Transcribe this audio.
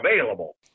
available